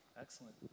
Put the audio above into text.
excellent